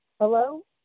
Hello